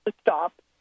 stop